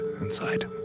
inside